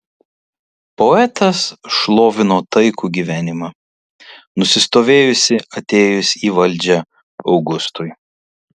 poetas šlovino taikų gyvenimą nusistovėjusį atėjus į valdžią augustui